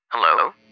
Hello